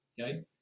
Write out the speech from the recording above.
Okay